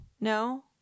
No